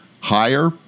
Higher